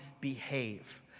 behave